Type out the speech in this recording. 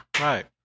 Right